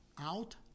out